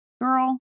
girl